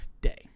day